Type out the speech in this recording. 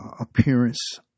appearance